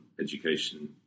education